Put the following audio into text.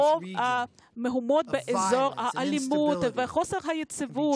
רוב המהומות באזור, האלימות וחוסר היציבות,